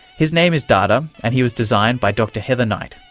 his name is data and he was designed by dr heather knight,